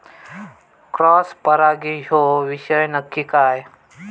Cross परागी ह्यो विषय नक्की काय?